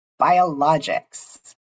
Biologics